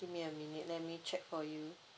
give me a minute let me check for you